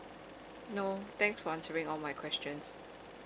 no thanks for answering all my questions